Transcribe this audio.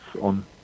on